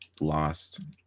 lost